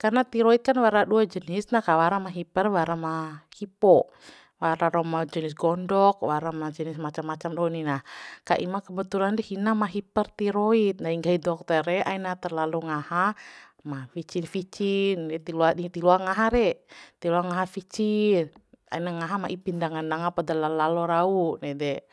karna tiroit kan wara dua jenisna ka wara ma hiper wara ma hippo wara rau ma jenis gondok wara ma jenis macam macam doho ni na ka ima kebetulan de hina ma hiper tiroit mai nggahi dokter re aina terlalu ngaha ma fici ficin ndetir loa di tirloa ngaha re tirloa ngaha ficin aina ngaha ma ipi ndanga nanga poda lallalo rau ede